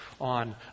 on